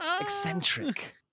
eccentric